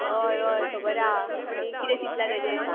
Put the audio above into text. हय हय खबर हा आनी किदें चितला तेजे